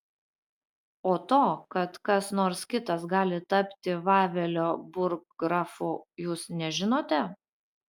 o to kad kas nors kitas gali tapti vavelio burggrafu jūs nežinote